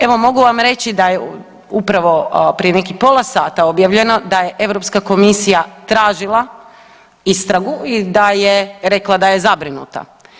Evo mogu vam reći da je upravo prije nekih pola sata objavljeno da je Europska komisija tražila istragu i da je rekla da je zabrinuta.